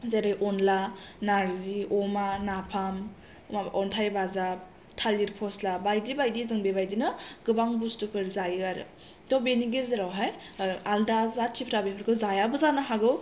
जेरै अनला नार्जि अमा नाफाम अन्थाय बाजाब थालिर फस्ला बायदि बायदि जों बेबादिनो जों गोबां बुस्तुफोर जायो आरो थ' बेनि गेजेरावहाय आलदा जाथिफ्रा बेफोरखौ जायाबो जानो हागौ